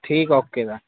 ٹھیک اوکے سر